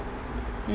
mm